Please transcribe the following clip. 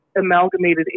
Amalgamated